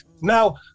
Now